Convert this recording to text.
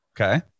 Okay